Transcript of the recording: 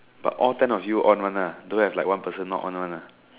but all ten of you on [one] ah don't have like one person not on [one] ah